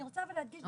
אבל אני רוצה להדגיש,